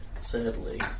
sadly